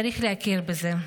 צריך להכיר בזה.